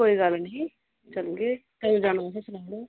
कोई गल्ल नेई चलगे कदू जाना तुसे सनाई ओड़ो